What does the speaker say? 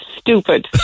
stupid